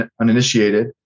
uninitiated